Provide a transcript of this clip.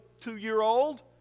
two-year-old